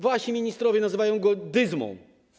Wasi ministrowie nazywają go Dyzmą.